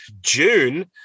June